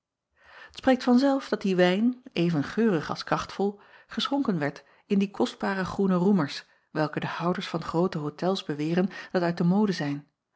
preekt van zelf dat die wijn even geurig als krachtvol geschonken werd in die kostbare groene roemers welke de houders van groote hôtels beweren dat uit de mode zijn